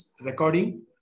recording